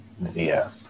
via